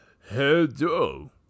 hello